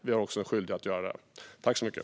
Vi har också en skyldighet att göra det.